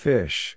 Fish